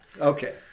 Okay